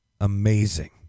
amazing